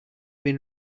been